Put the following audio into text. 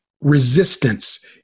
resistance